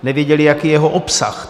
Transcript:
Nevěděli, jaký je jeho obsah.